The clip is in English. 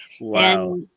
Wow